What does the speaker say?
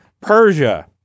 Persia